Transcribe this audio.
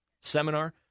seminar